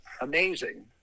amazing